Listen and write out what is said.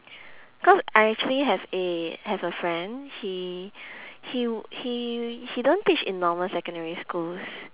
cause I actually have a have a friend he he he he don't teach in normal secondary schools